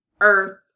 Earth